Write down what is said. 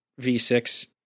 V6